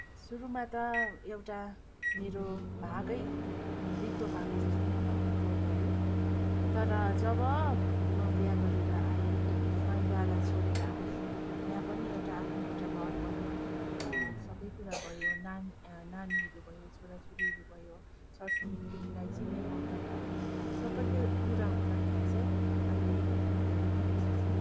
सुरुमा त एउटा मेरो भागै रित्तो भएको जस्तो मलाई अनुभव भयो तर जब म बिहा गरेर आएँ माइतलाई छोडेर आएँ यहाँ पनि एउटा आफ्नो एउटा घर बनियो र सबै कुरा भयो नान नानीहरू भयो छोराछोरीहरू भयो छरछिमेकीलाई चिन्ने मौका पाएँ सबै के कुरा हुँदाखेरि चाहिँ अहिले म धेरै नै खुसी छु